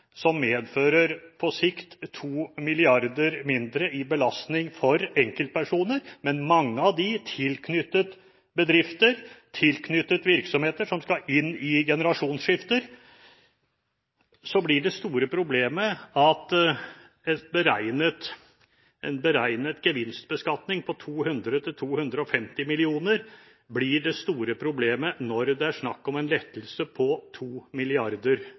medfører på sikt 2 mrd. kr mindre i belastning for enkeltpersoner, mange av dem tilknyttet bedrifter og virksomheter som står foran generasjonsskifter. En beregnet gevinstbeskatning på 200–250 mill. kr må ikke da bli det store problemet når det er snakk om en lettelse på